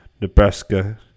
Nebraska